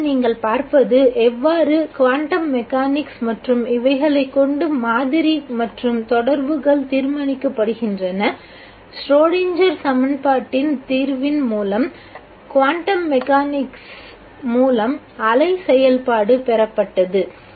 இப்பொழுது நீங்கள் பார்ப்பது எவ்வாறு குவாண்டம் மெக்கானிக்ஸ் மற்றும் இவைகளைக் கொண்டு மாதிரி மற்றும் தொடர்புகள் தீர்மானிக்கப்படுகின்றன ஸ்ச்ரோடிங்கர் சமன்பாட்டின் தீர்வின் மூலம் குவாண்டம் மெக்கானிக்ஸ் மூலம் அலை செயல்பாடு பெறப்பட்டது